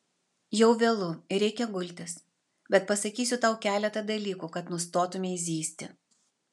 jau vėlu ir reikia gultis bet pasakysiu tau keletą dalykų kad nustotumei zyzti